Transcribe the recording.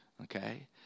Okay